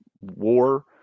war